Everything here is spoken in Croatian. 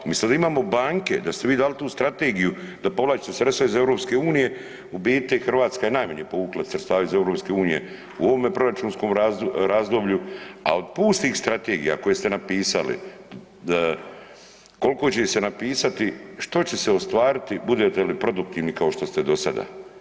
Mi sad imamo banke da ste vi dali tu strategiju da povlačite sredstva iz EU, u biti Hrvatska je najmanje povukla sredstava iz EU u ovome proračunskom razdoblju, a od pustih strategija koje ste napisali koliko će ih se napisati, što će se ostvariti budete li produktivni kao što ste dosada.